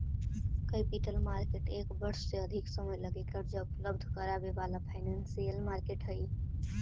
capital market एक वर्ष से अधिक समय लगी कर्जा उपलब्ध करावे वाला फाइनेंशियल मार्केट हई